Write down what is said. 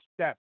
step